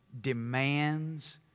Demands